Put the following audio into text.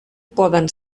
poden